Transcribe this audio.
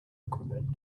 equipment